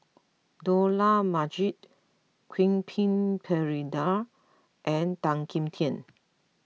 Dollah Majid Quentin Pereira and Tan Kim Tian